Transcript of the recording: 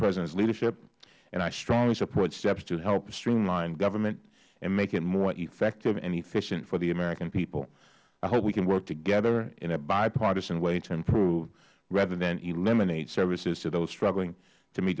presidents leadership and i strongly support steps to help streamline government and make it more effective and efficient for the american people i hope we can work together in a bi partisan way to improve rather than eliminate services to those struggling to m